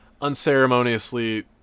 unceremoniously